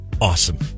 Awesome